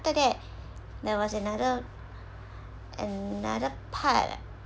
after that there was another another part